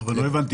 אבל לא הבנתי.